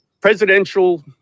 presidential